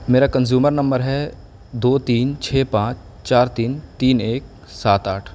میرا consumer number ہے دو تین چھ پانچ چار تین تین ایک سات آٹھ